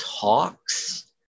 talks